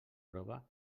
prova